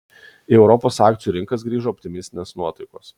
į europos akcijų rinkas grįžo optimistinės nuotaikos